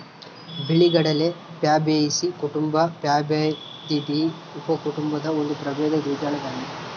ಬಿಳಿಗಡಲೆ ಪ್ಯಾಬೇಸಿಯೀ ಕುಟುಂಬ ಪ್ಯಾಬಾಯ್ದಿಯಿ ಉಪಕುಟುಂಬದ ಒಂದು ಪ್ರಭೇದ ದ್ವಿದಳ ದಾನ್ಯ